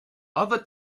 other